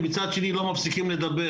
ומצד שני לא מפסיקים לדבר.